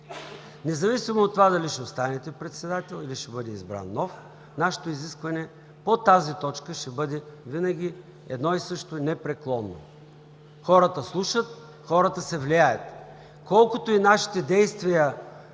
Независимо от това дали ще останете председател, или ще бъде избран нов, нашето изискване по тази точка ще бъде винаги едно и също, непреклонно. Хората слушат, хората се влияят. Колкото и нашите действия